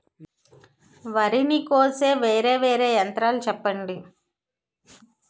వరి ని కోసే వేరా వేరా యంత్రాలు చెప్పండి?